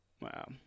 Wow